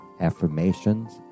affirmations